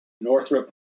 Northrop